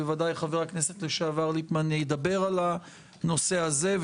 בוודאי חבר הכנסת לשעבר ליפמן ידבר על הנושא הזה.